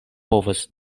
povos